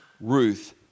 Ruth